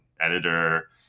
editor